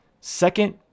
Second